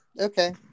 Okay